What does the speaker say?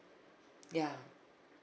ya